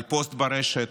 על פוסט ברשת,